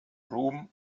ruhm